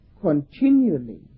continually